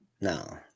No